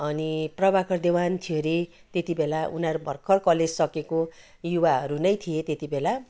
अनि प्रभाकर देवान थियो अरे त्यति बेला उनीहरू भर्खर कलेज सकेको युवाहरू नै थिए त्यति बेला